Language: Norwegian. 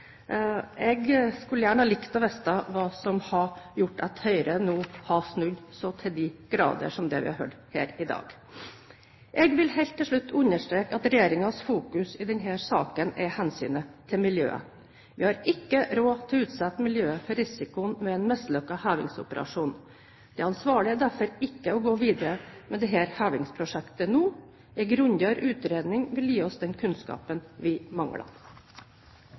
Jeg skulle gjerne likt å vite hva som har gjort at Høyre nå har snudd så til de grader, som det vi har hørt her i dag. Jeg vil helt til slutt understreke at regjeringens fokus i denne saken er hensynet til miljøet. Vi har ikke råd til å utsette miljøet for risikoen ved en mislykket hevingsoperasjon. Det ansvarlige er derfor ikke å gå videre med dette hevingsprosjektet nå. En grundigere utredning vil gi oss den kunnskapen vi mangler.